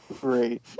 Great